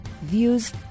views